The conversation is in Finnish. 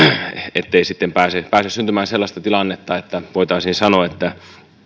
ettei sitten pääse syntymään sellaista tilannetta että voitaisiin sanoa että